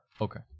Okay